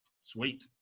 Sweet